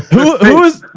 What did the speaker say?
who was,